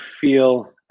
feel